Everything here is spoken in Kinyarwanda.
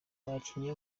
abakinnyi